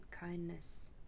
kindness